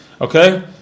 okay